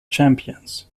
champions